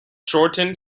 shortened